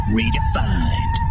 Redefined